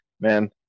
Man